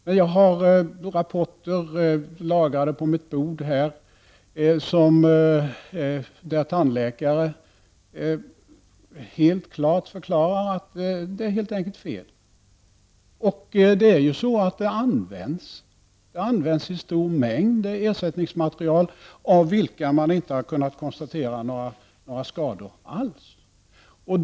Men jag har några rapporter lagrade på mitt bord av vilka det framgår att tandläkare helt klart förklarar att det helt enkelt är fel. Ersättningsmaterial används i dag i stor omfattning. Och man har inte kunnat konstatera några skador alls när det gäller dessa ersättningsmaterial.